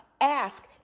Ask